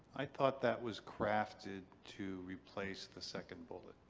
i thought that was crafted to replace the second bullet.